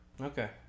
Okay